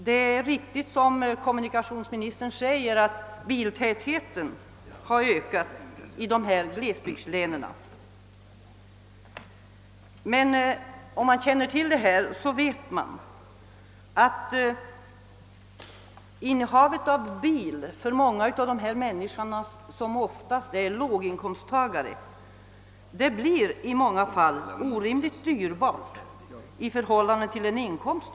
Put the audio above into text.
Det är riktigt som kommunikationsministern säger att biltätheten ökat i dessa glesbygdslän, men om man känner till förhållandena så vet man, att innehavet av bil för många av dessa människor, som oftast är låginkomsttagare, blir orimligt dyrbart i förhållande till deras inkomst.